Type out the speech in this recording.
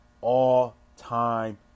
all-time